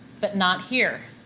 but, not here.